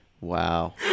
Wow